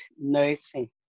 nursing